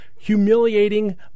Humiliating